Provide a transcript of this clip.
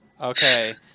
Okay